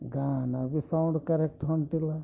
ಗಾನ ಬಿ sound correct ಹೊಂಟಿಲ್ಲ